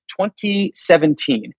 2017